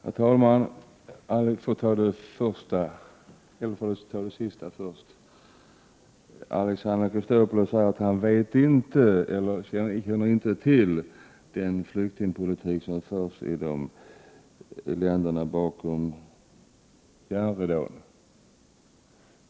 Herr talman! För att ta det sista först: Alexander Chrisopoulos sade att han inte känner till den flyktingpolitik som förs i länderna bakom järnridån.